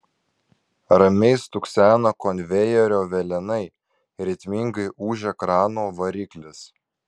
ramiai stukseno konvejerio velenai ritmingai ūžė krano variklis